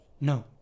No